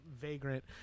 vagrant